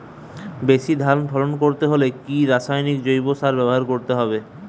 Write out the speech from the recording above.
বেশি ধান ফলন করতে হলে কি রাসায়নিক জৈব সার ব্যবহার করতে হবে?